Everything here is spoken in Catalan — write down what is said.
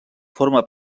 forma